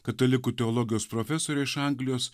katalikų teologijos profesorė iš anglijos